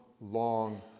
long